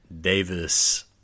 Davis